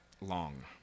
long